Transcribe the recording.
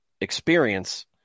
experience